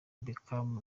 beckham